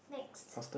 next